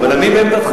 אבל אני בעמדתך.